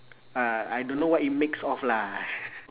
uh I don't know what it makes of lah